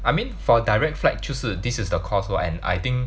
I mean for direct flight 就是 this is the cost lor and I think